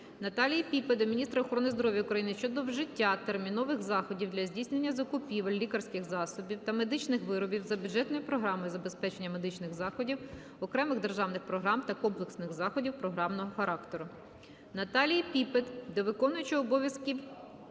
Наталії Піпи до міністра охорони здоров'я України щодо вжиття термінових заходів для здійснення закупівель лікарських засобів та медичних виробів за бюджетною програмою "Забезпечення медичних заходів окремих державних програм та комплексних заходів програмного характеру". Наталії Піпи до виконуючого обов'язків